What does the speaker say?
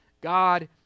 God